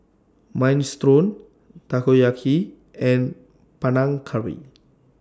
Minestrone Takoyaki and Panang Curry